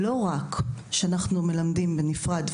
לא רק שאנחנו מלמדים בנפרד,